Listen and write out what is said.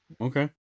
Okay